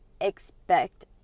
expect